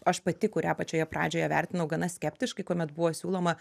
aš pati kurią pačioje pradžioje vertinau gana skeptiškai kuomet buvo siūloma